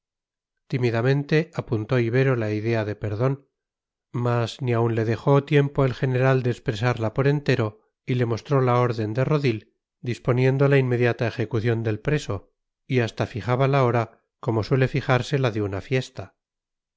tímidamente apuntó ibero la idea de perdón mas ni aun le dejó tiempo el general de expresarla por entero y le mostró la orden de rodil disponiendo la inmediata ejecución del preso y hasta fijaba la hora como suele fijarse la de una fiesta